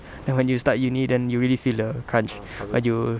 then when you start uni then you really feel the crunch but you